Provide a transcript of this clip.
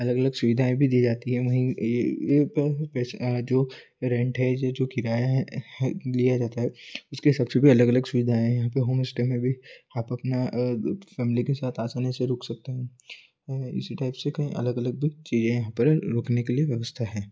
अलग अलग सुविधाएँ भी दी जाती हैं वहीं पैसा जो रेंट है या जो किराया है लिया जाता है उसके साथ सभी अलग अलग सुविधाएँ हैं यहाँ पे होम इस्टे में भी आप अपना सब ले के साथ आसानी से रुक सकते हैं और इसी टाइप से कहीं अलगअलग चीज़ें यहाँ पर रुकने के लिए व्यवस्था है